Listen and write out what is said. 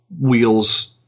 wheels